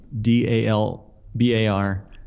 D-A-L-B-A-R